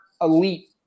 elite